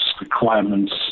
requirements